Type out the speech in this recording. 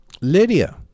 Lydia